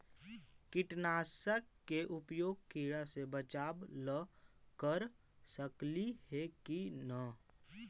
कीटनाशक के उपयोग किड़ा से बचाव ल कर सकली हे की न?